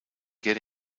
get